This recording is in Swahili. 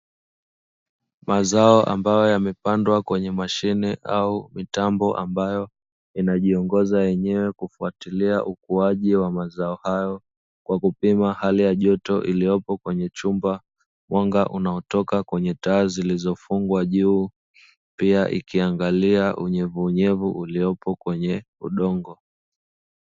Mazao ambayo yamepandwa kwenye mashine au mitambo ambayo inajiongoza yenyewe kufatilia ukuaji wa mazao hayo kwa kupima hali ya joto iliyopo kwenye chumba, mwanga unaotoka kwenye taa zilizofungwa juu, pia ikiangalia unyevuunyevu uliopo kwenye udongo.